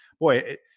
boy